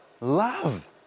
love